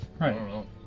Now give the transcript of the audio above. Right